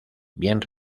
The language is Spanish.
bien